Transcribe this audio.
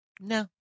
no